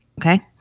Okay